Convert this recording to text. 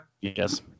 Yes